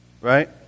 right